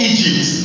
Egypt